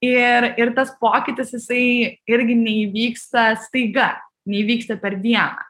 ir ir tas pokytis jisai irgi neįvyksta staiga neįvyksta per dieną